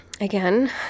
Again